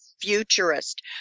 futurist